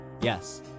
yes